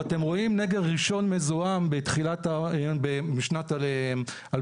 ואתם רואים נגר ראשון מזוהם משנת 2017